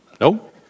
no